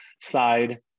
side